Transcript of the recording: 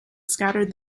scattered